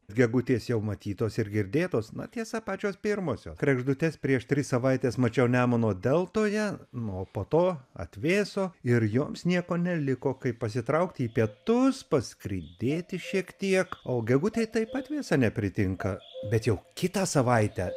gegutės jau matytos ir girdėtos na tiesa pačios pirmosios kregždutes prieš dvi savaites mačiau nemuno deltoje na o po to atvėso ir joms nieko neliko kaip pasitraukti į pietus paskrydėti šiek tiek o gegutei taip pat vėsa nepritinka bet jau kitą savaitę